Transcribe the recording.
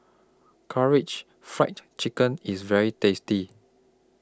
Karaage Fried Chicken IS very tasty